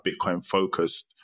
Bitcoin-focused